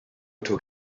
took